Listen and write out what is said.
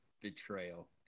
betrayal